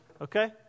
Okay